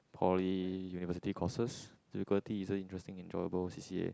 poly university courses difficulty isn't interesting enjoyable c_c_a